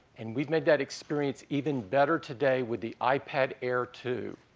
and we've made that experience even better today with the ipad air two,